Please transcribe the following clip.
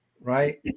Right